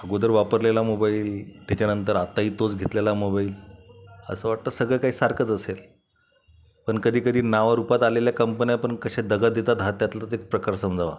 अगोदर वापरलेला मोबाईल त्याच्यानंतर आताही तोच घेतलेला मोबाईल असं वाटतं सगळं काही सारखंच असेल पण कधीकधी नावारूपात आलेल्या कंपन्या पण कशा दगा देतात हा त्यातलाच एक प्रकार समजावा